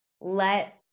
Let